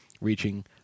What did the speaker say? reaching